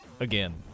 Again